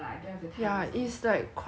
it's already like quite different from like